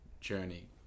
journey